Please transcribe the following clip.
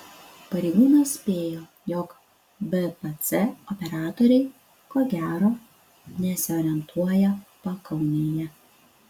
pareigūnas spėjo jog bpc operatoriai ko gero nesiorientuoja pakaunėje